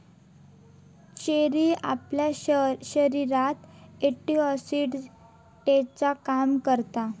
cherry आपल्या शरीरात एंटीऑक्सीडेंटचा काम करता